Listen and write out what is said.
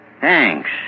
Thanks